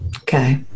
Okay